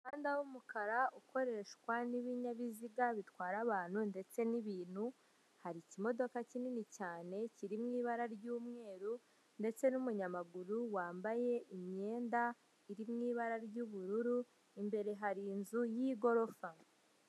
Umuhanda w'umukara ukoreshwa n'ibinyabiziga bitwara abantu ndetse n'ibintu, hari ikimodoka kinini cyane kiri mu ibara ry'umweru ndetse n'umunyamaguru wambaye imyenda iri mu ibara ry'ubururu, imbere hari inzu y'igorofa.